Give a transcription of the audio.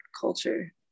culture